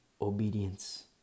Obedience